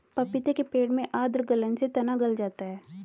पपीते के पेड़ में आद्र गलन से तना गल जाता है